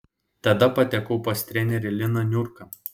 tada patekau pas trenerį liną niurką